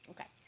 Okay